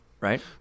right